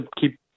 keep